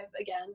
again